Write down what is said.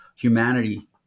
humanity